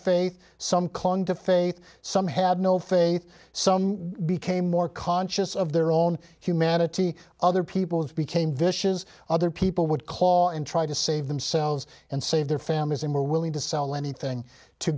faith some had no faith some became more conscious of their own humanity other people became vicious other people would call and try to save themselves and save their families and were willing to sell anything to